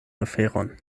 aferon